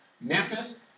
Memphis